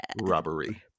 robbery